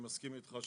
אני מסכים איתך,